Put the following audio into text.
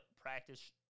practice